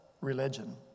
religion